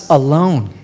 alone